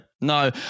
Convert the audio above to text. No